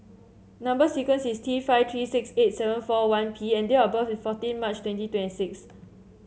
number sequence is T five three six eight seven four one P and date of birth is fourteen March twenty twenty six